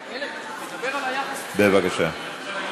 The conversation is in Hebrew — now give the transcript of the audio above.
בבקשה.